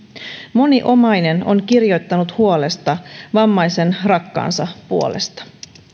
moni omainen on kirjoittanut huolestaan vammaisen rakkaansa puolesta